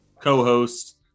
co-host